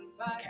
Okay